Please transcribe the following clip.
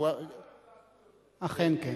המשטרה לא יודעת, הוא יודע.